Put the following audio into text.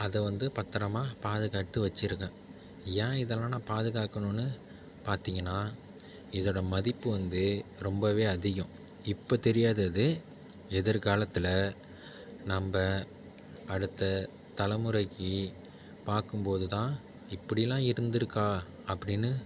அதை வந்து பத்திரமா பாதுகாத்து வெச்சுருக்கேன் ஏன் இதெலாம் நான் பாதுகாக்கணுன்னு பார்த்திங்கனா இதோடய மதிப்பு வந்து ரொம்பவே அதிகம் இப்போ தெரியாது அது எதிர்காலத்தில் நம்ப அடுத்த தலைமுறைக்கி பார்க்கும்போது தான் இப்படிலா இருந்திருக்கா அப்படினு